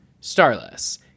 Starless